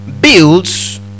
builds